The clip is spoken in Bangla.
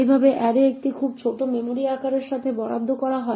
এইভাবে অ্যারে একটি খুব ছোট মেমরি আকারের সাথে বরাদ্দ করা হয়